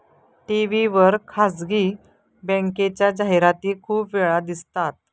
TV वर खासगी बँकेच्या जाहिराती खूप वेळा दिसतात